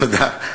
תודה.